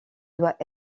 doit